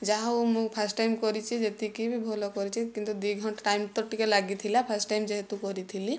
ଯାହାହେଉ ମୁଁ first time କରିଛି ଯେତିକି ବି ଭଲ କରିଛି କିନ୍ତୁ ଦୁଇ ଘଣ୍ଟା ଟାଇମ୍ ତ ଟିକିଏ ଲାଗିଥିଲା ଫାଷ୍ଟ୍ ଟାଇମ୍ ଯେହେତୁ କରିଥିଲି